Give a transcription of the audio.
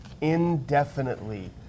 indefinitely